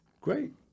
great